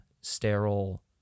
sterile